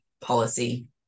policy